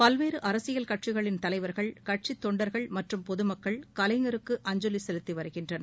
பல்வேறு அரசியில் கட்சிகளின் தலைவர்கள் கட்சித் தொண்டர்கள் மற்றும் பொதுமக்கள் கலைஞருக்கு அஞ்சலி செலுத்தி வருகின்றனர்